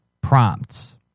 prompts